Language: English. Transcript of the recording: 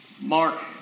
Mark